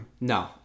No